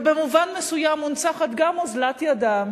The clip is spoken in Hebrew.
ובמובן מסוים מונצחת גם אוזלת ידן